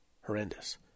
horrendous